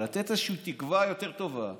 לתת איזושהי תקווה יותר טובה ולעודד,